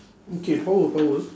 okay power power